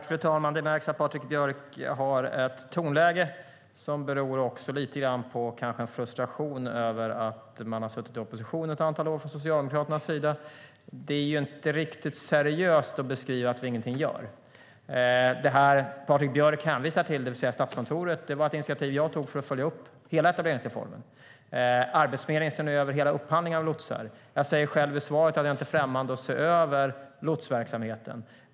Fru talman! Det märks att Patrik Björck har ett tonläge som beror lite grann på frustration över att Socialdemokraterna har suttit i opposition ett antal år. Det är ju inte riktigt seriöst att beskriva det som att vi ingenting gör. Det Patrik Björck hänvisar till, det vill säga Statskontorets utvärdering, var ett initiativ jag tog för att följa upp hela etableringsreformen. Arbetsförmedlingen ser nu över hela upphandlingen av lotsar. Jag säger själv i svaret att jag inte är främmande för att se över lotsverksamheten.